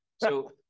So-